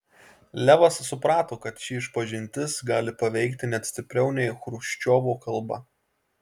levas suprato kad ši išpažintis gali paveikti net stipriau nei chruščiovo kalba